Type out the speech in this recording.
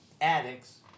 addicts